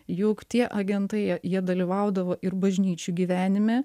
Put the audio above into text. juk tie agentai jie jie dalyvaudavo ir bažnyčių gyvenime